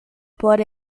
por